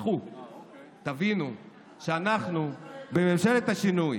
תבינו שאנחנו, בממשלת השינוי